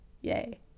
Yay